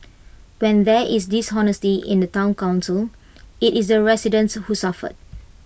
when there is dishonesty in the Town Council IT is the residents who suffer